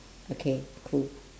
okay cool